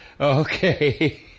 Okay